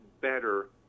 better